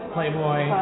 Playboy